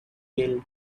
built